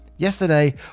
Yesterday